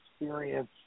experience